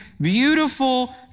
beautiful